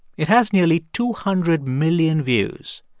it has nearly two hundred million views.